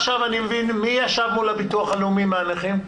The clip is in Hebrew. מי ישב מול הביטוח הלאומי מנציגי הנכים?